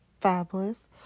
fabulous